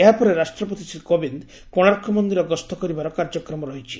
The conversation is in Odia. ଏହାପରେ ରାଷ୍ଟ୍ରପତି ଶ୍ରୀ କୋବିନ୍ଦ କୋଶାର୍କ ମନ୍ଦିର ଗସ୍ତ କରିବାର କାର୍ଯ୍ୟକ୍ରମ ରହିଛି